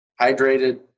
hydrated